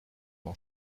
mon